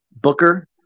Booker